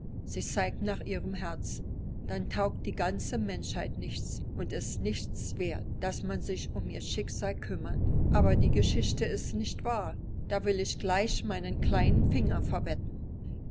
sie zeigte nach ihrem herzen dann taugt die ganze menschheit nichts und ist nicht wert daß man sich um ihr schicksal kümmert aber die geschichte ist nicht wahr da will ich gleich meinen kleinen finger verwetten